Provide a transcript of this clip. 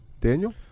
Daniel